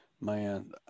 Man